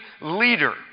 leader